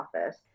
Office